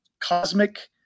cosmic